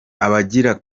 abagira